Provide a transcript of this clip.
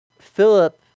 Philip